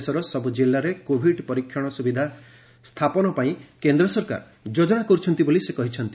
ଦେଶର ସବୁ ଜିଲ୍ଲାରେ କୋଭିଡ୍ ପରୀକ୍ଷଣ ସ୍ରବିଧା ସ୍ଥାପନ ପାଇଁ କେନ୍ଦ୍ର ସରକାର ଯୋଜନା କର୍ତ୍ଛନ୍ତି ବୋଲି ସେ କହିଛନ୍ତି